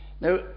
Now